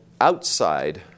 outside